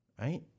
right